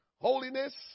holiness